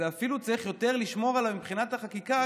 צריך אפילו יותר לשמור עליו מבחינת החקיקה,